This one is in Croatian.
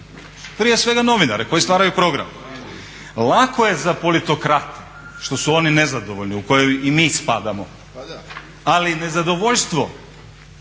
Prije svega novinare koji stvaraju program. Lako je za politokrate što su oni nezadovoljni u koje i mi spadamo ali nezadovoljstvo